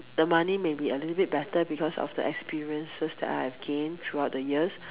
the money may be a little bit better because of the experiences that I have gained throughout the years